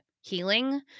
healing